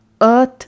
earth